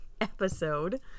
episode